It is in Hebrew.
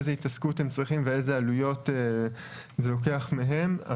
איזו התעסקות הם צריכים ואילו עלויות נלקחות מהם.